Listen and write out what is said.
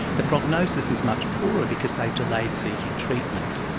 the prognosis is much poorer because they've delayed seeking treatment.